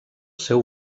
seu